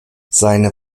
seine